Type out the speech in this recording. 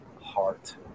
heart